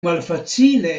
malfacile